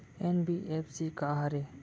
NBFC का हरे?